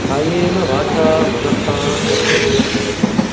कायेन वाचा मनसा कर्तव्यं भवति